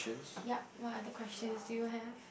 yup what other question do you have